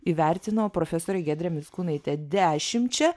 įvertino profesorė giedrė mickūnaitė dešimčia